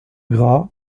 gras